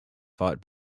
fought